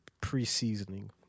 pre-seasoning